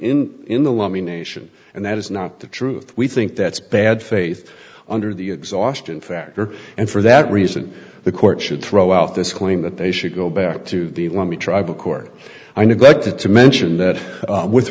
in in the lobby nation and that is not the truth we think that's bad faith under the exhaustion factor and for that reason the court should throw out this claim that they should go back to the would be tribal court i neglected to mention that with